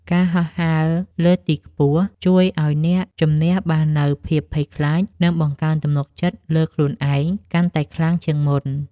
ការហោះហើរលើទីខ្ពស់ជួយឱ្យអ្នកជម្នះបាននូវភាពភ័យខ្លាច និងបង្កើនទំនុកចិត្តលើខ្លួនឯងកាន់តែខ្លាំងជាងមុន។